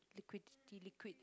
liquidity liquid